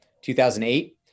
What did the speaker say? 2008